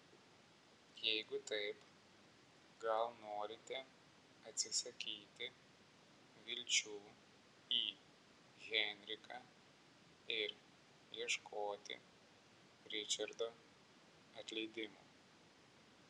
jeigu taip gal norite atsisakyti vilčių į henriką ir ieškoti ričardo atleidimo